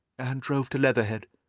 and drove to leatherhead,